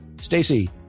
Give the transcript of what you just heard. Stacey